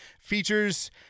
Features